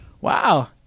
Wow